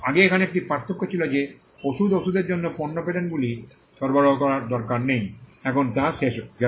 আগে এখানে একটি পার্থক্য ছিল যে ওষুধ ও ওষুধের জন্য পণ্য পেটেন্টগুলি সরবরাহ করার দরকার নেই এখন তা শেষ হয়ে গেছে